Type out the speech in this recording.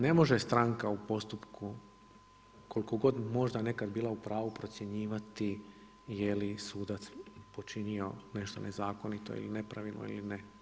Ne može stranka u postupku koliko god možda nekad bila u pravu procjenjivati je li sudac počinio nešto nezakonito ili nepravilno ili ne.